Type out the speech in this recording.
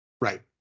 Right